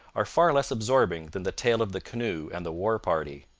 are far less absorbing than the tale of the canoe and the war party.